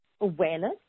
awareness